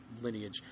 lineage